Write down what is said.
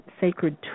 sacred